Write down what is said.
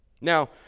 Now